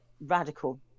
radical